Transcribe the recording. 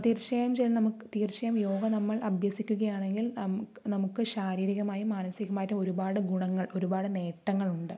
തീർച്ചയായും നമുക്ക് തീർച്ചയായും യോഗ നമ്മൾ അഭ്യസിക്കുകയാണെങ്കിൽ നമുക്ക് ശാരീരികമായും മാനസികമായിട്ടും ഒരുപാട് ഗുണങ്ങൾ ഒരുപാട് നേട്ടങ്ങളുണ്ട്